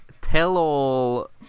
tell-all